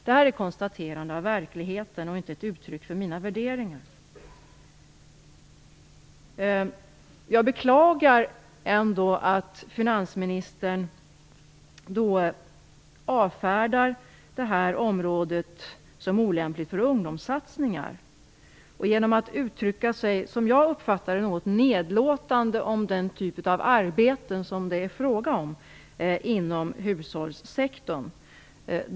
Detta är ett konstaterande hämtat från verkligheten och inte ett uttryck för mina värderingar. Jag beklagar att finansministern avfärdar detta område som olämpligt för ungdomssatsningar. Han uttryckte sig, som jag uppfattade det, något nedlåtande om den typen av arbete som det är fråga om inom hushållssektorn.